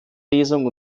lesung